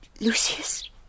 Lucius